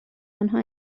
آنها